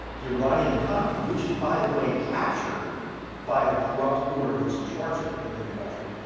the iranian economy, which is by the way captured by the corrupt order that's in charge in in the country,